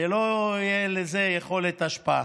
שלא תהיה לזה יכולת השפעה.